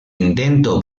intento